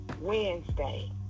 Wednesday